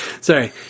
sorry